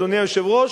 אדוני היושב-ראש,